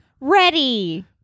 ready